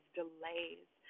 delays